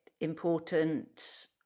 important